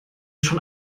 schon